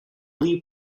lea